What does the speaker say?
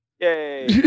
Yay